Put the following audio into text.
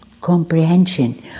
comprehension